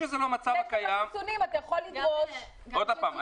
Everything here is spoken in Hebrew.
אתה יכול לדרוש --- לא.